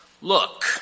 Look